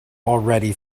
already